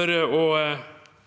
vært å